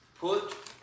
put